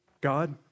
God